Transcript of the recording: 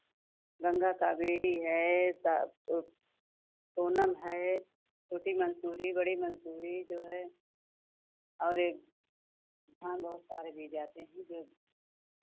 गंगा कावेरी है सा ओ सोनम है छोटी मंसूरी बड़ी मंसूरी जो है और एक हाँ बहुत सारे बीज आते हैं जो